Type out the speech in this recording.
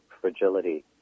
fragility